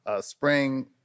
spring